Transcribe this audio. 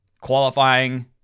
qualifying